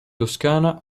toscana